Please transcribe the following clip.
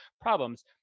problems